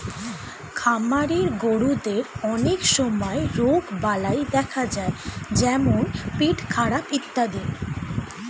খামারের গরুদের অনেক সময় রোগবালাই দেখা যায় যেমন পেটখারাপ ইত্যাদি